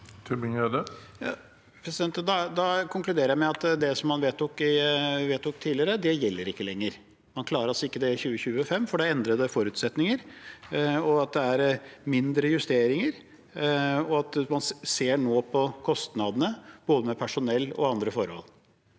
Da konkluderer jeg med at det man vedtok tidligere, ikke gjelder lenger. Man klarer det altså ikke i 2025, for det er endrede forutsetninger, det er mindre justeringer og man ser nå på kostnadene med både personell og andre forhold.